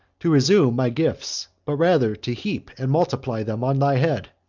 to resume my gifts, but rather to heap and multiply them on thy head.